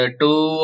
two